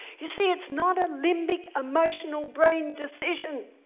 you see, it's not a limbic emotional brain decision,